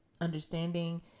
understanding